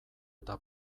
eta